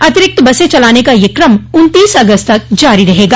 अतिरिक्त बस चलाने का यह क्रम उन्तीस अगस्त तक जारी रहेगा